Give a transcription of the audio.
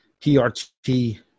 TRT